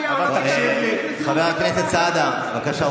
חבר הכנסת סעדה, בבקשה.